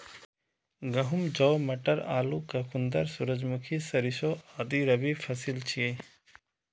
गहूम, जौ, मटर, आलू, चुकंदर, सूरजमुखी, सरिसों आदि रबी फसिल छियै